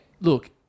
Look